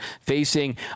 facing